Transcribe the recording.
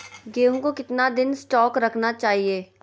गेंहू को कितना दिन स्टोक रखना चाइए?